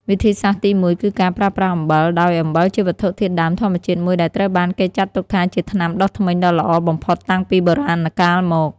វិធីសាស្រ្តទីមួយគឺការប្រើប្រាស់អំបិល ដោយអំបិលជាវត្ថុធាតុដើមធម្មជាតិមួយដែលត្រូវបានគេចាត់ទុកថាជាថ្នាំដុសធ្មេញដ៏ល្អបំផុតតាំងពីបុរាណកាលមក។